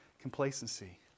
Complacency